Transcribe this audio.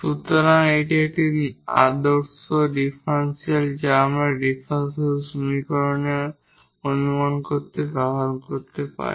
সুতরাং এটি একটি আদর্শ ডিফারেনশিয়াল যা আমরা ডিফারেনশিয়াল সমীকরণ অনুমান করতে ব্যবহার করতে পারি